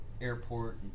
Airport